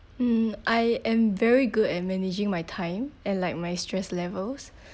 mm I am very good at managing my time and like my stress levels